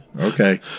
Okay